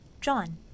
John